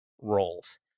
roles